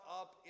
up